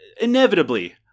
inevitably